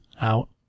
out